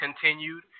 continued